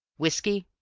whiskey?